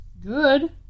Good